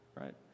Right